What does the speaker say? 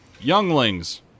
Younglings